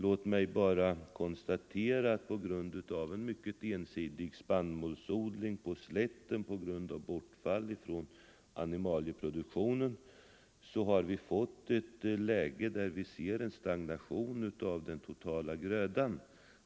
Låt mig bara konstatera att på grund av en mycket ensidig spannmålsodling på slätten genom bortfall av animalieproduktion har vi ett läge där vi ser en stagnation av den totala grödan,